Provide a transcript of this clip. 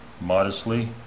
modestly